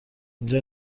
اینجا